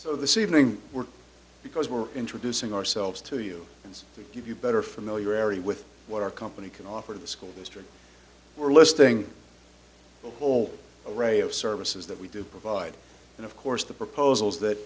so this evening we're because we're introducing ourselves to you and to give you better familiarity with what our company can offer to the school district we're listing the whole array of services that we do provide and of course the proposals that